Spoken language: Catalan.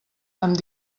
amb